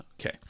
Okay